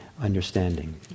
understanding